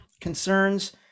concerns